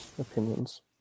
opinions